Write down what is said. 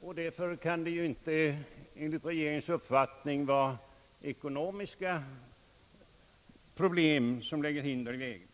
Således kan det inte vara regeringens uppfattning att ekonomiska svårigheter lägger hinder i vägen.